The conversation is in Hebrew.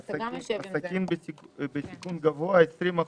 עסקים בסיכון גבוה, 20 אחוזים.